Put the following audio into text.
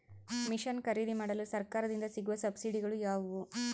Mission ಖರೇದಿಮಾಡಲು ಸರಕಾರದಿಂದ ಸಿಗುವ ಸಬ್ಸಿಡಿಗಳು ಯಾವುವು?